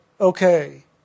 okay